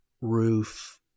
roof